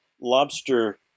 lobster